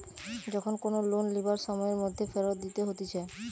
যখন কোনো লোন লিবার সময়ের মধ্যে ফেরত দিতে হতিছে